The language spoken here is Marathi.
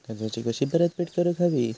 कर्जाची कशी परतफेड करूक हवी?